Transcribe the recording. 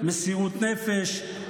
מסירות נפש,